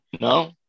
No